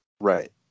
Right